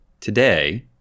today